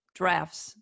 drafts